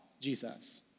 Jesus